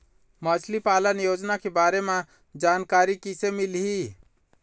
मछली पालन योजना के बारे म जानकारी किसे मिलही?